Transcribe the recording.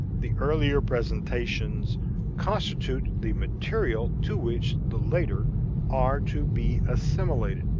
the earlier presentations constitute the material to which the later are to be assimilated.